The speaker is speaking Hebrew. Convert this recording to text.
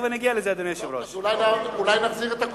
אדוני היושב-ראש, תיכף אני אגיע לזה.